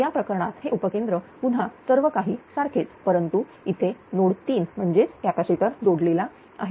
तर या प्रकरणात हे उपकेंद्र पुन्हा सर्व काही सारखेच परंतु इथे हा नोड 3 म्हणजेच कॅपॅसिटर जोडलेला आहे